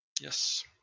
Yes